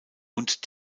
und